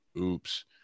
Oops